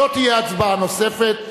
לא תהיה הצבעה נוספת.